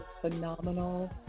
phenomenal